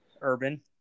Urban